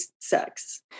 sex